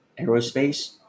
Aerospace